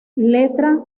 letra